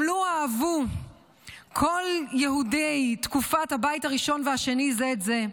גם לו אהבו כל יהודי תקופת הבית הראשון והשני זה את זה,